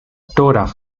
torah